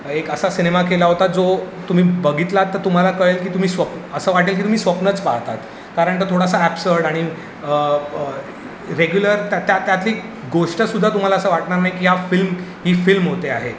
एक असा सिनेमा केला होता जो तुम्ही बघितला तर तुम्हाला कळेल की तुम्ही स्वप् असं वाटेल की तुम्ही स्वप्नंच पाहत आहेत कारण तो थोडासा ॲपसड आणि रेग्युलर त्या त्या त्यातली गोष्टसुद्धा तुम्हाला असं वाटणार नाही की या फिल्म ही फिल्म होते आहे